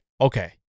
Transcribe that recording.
okay